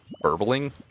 burbling